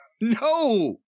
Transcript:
No